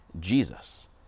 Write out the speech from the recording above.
Jesus